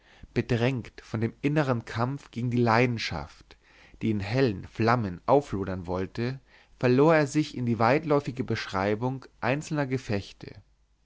bedrängt von dem innern kampf gegen die leidenschaft die in hellen flammen auflodern wollte verlor er sich in die weitläuftige beschreibung einzelner gefechte